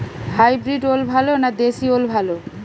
Hybrid ওল ভালো না দেশী ওল ভাল?